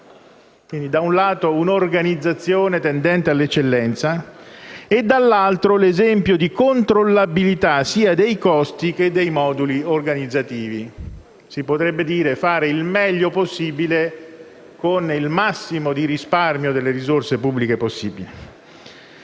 di una organizzazione tendente all'eccellenza e dall'altro l'esempio di controllabilità sia dei costi che dei moduli organizzativi». Si potrebbe dire: fare il meglio possibile con il massimo di risparmio delle risorse pubbliche possibile.